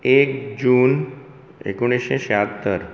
एक जून एकुणशें श्यात्तर